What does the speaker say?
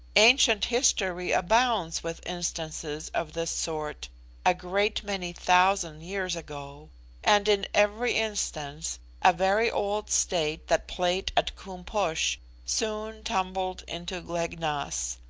ancient history abounds with instances of this sort a great many thousand years ago and in every instance a very old state that played at koom-posh soon tumbled into glek-nas.